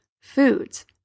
foods